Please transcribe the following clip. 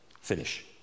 Finish